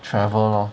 travel lor